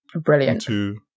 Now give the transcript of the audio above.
brilliant